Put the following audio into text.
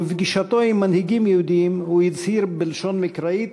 ובפגישתו עם מנהיגים יהודים הוא הצהיר בלשון מקראית: